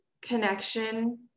connection